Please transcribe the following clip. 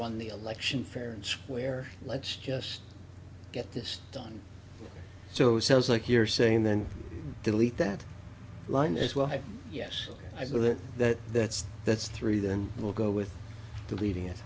won the election fair and square let's just get this done so it sounds like you're saying then delete that line as well yes i believe that that's that's three then we'll go with the leading i